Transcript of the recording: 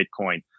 Bitcoin